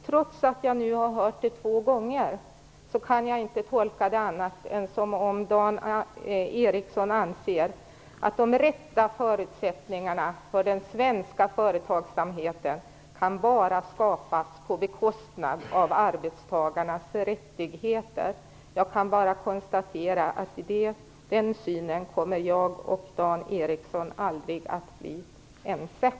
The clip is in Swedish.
Trots att jag har hört det två gånger kan jag bara tolka det så, att Dan Ericsson anser att de rätta förutsättningarna för den svenska företagsamheten bara kan skapas på bekostnad av arbetstagarnas rättigheter. Jag kan bara konstatera att Dan Ericsson och jag aldrig kommer att bli ense om den synen.